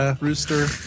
Rooster